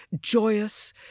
joyous